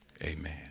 Amen